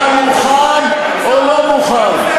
אתה מוכן או לא מוכן?